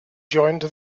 joined